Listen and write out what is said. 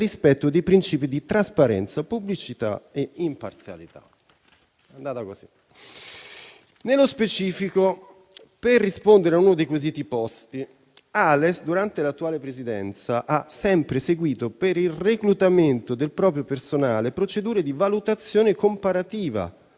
rispetto dei principi di trasparenza, pubblicità e imparzialità. Nello specifico, per rispondere a uno dei quesiti posti, Ales, durante l'attuale presidenza, ha sempre seguito per il reclutamento del proprio personale procedure di valutazione comparativa,